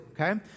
Okay